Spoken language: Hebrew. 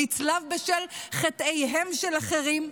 נצלב בשל חטאיהם של אחרים.